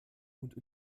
und